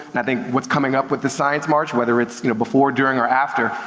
and i think what's coming up with the science march, whether it's you know, before, during or after,